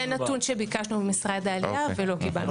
זה נתון שביקשנו ממשרד העלייה ולא קיבלנו.